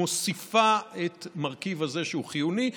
מוסיפה את המרכיב הזה שהוא חיוני,